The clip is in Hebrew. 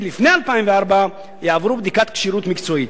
לפני 2004 יעברו בדיקת כשירות מקצועית.